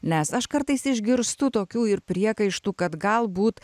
nes aš kartais išgirstu tokių ir priekaištų kad galbūt